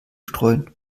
streuen